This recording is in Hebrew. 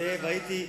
זאב,